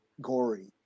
gory